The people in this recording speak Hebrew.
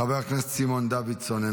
חבר הכנסת סימון דוידסון,